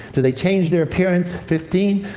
do they change their appearance? fifteen.